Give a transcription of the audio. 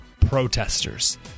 protesters